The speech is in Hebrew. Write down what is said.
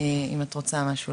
האם את רוצה לומר משהו?